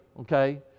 okay